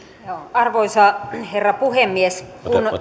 arvoisa herra puhemies kun